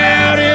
out